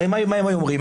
הרי מה הם היו אומרים?